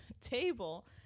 table